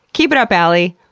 keep it up, alie!